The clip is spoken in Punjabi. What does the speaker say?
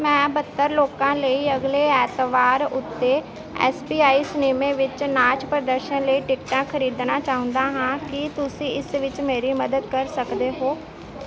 ਮੈਂ ਬਹੱਤਰ ਲੋਕਾਂ ਲਈ ਅਗਲੇ ਐਤਵਾਰ ਉੱਤੇ ਐੱਸ ਪੀ ਆਈ ਸਿਨੇਮਾ ਵਿੱਚ ਨਾਚ ਪ੍ਰਦਰਸ਼ਨ ਲਈ ਟਿਕਟਾਂ ਖਰੀਦਣਾ ਚਾਹੁੰਦਾ ਹਾਂ ਕੀ ਤੁਸੀਂ ਇਸ ਵਿੱਚ ਮੇਰੀ ਮਦਦ ਕਰ ਸਕਦੇ ਹੋ